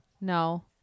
no